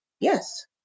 Yes